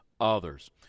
others